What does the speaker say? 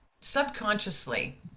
subconsciously